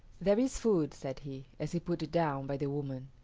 there is food, said he, as he put it down by the woman.